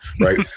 right